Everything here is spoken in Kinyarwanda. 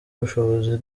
ubushobozi